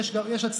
יש הצלחה.